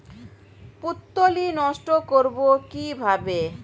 পুত্তলি নষ্ট করব কিভাবে?